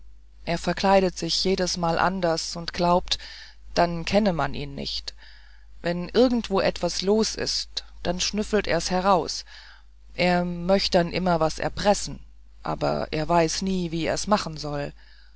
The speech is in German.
er verkleidet sich jedesmal anders und glaubt dann kennt man ihn nicht wenn irgendwo etwas los ist dann schnüffelt er's heraus er möcht dann immer was erpressen aber er weiß nie wie er's machen soll